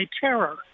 terror